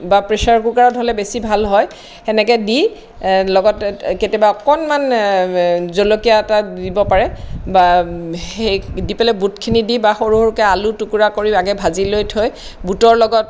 বা প্ৰেচাৰ কুকাৰত হ'লে বেছি ভাল হয় সেনেকৈ দি লগত কেতিয়াবা অকণমান জলকীয়া এটা দি দিব পাৰে বা সেই দি পেলাই বুটখিনি দি বা সৰু সৰুকৈ আলু টুকুৰা কৰিও আগে ভাজি লৈ থৈ বুটৰ লগত